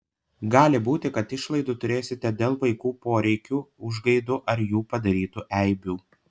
gali būti kad išlaidų turėsite dėl vaikų poreikių užgaidų ar jų padarytų eibių